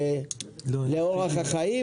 לאורח החיים,